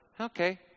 okay